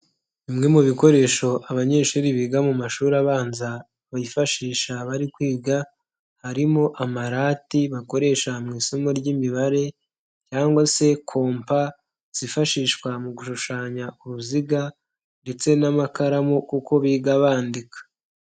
Bimwe mu bikoresho abanyeshuri biga mu mashuri abanza bifashisha bari kwiga harimo amarati bakoresha mu isomo ry'imibare cyangwa se kompa zifashishwa mu gushushanya uruziga ndetse n'amakaramu kuko biga bandika.